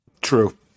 True